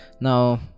Now